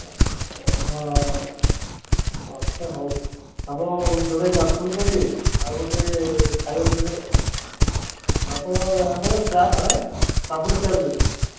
ହଁ ଆଚ୍ଛା ହେଉ ଆପଣ ଯୋଡ଼େ ପାର୍ସଲ୍ କରିବେ ଆଉ ଗୋଟେ ଖାଇବାକୁ ଦେବେ ଆଉ ଆପଣ ଆପଣ ଚାଆ ପାପୁଡ଼ି ଚାଟ୍ ଦେବେ